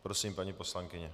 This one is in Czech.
Prosím, paní poslankyně.